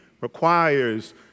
requires